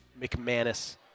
mcmanus